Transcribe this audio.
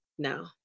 No